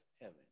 heaven